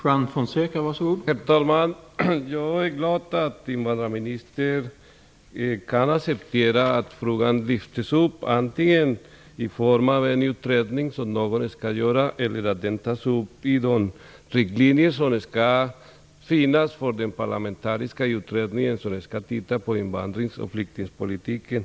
Herr talman! Jag är glad att invandrarministern kan acceptera att frågan lyfts upp antingen genom tillsättande av en utredningsman eller genom att den tas upp i riktlinjerna för den parlamentariska utredning som skall studera invandrings och flyktingpolitiken.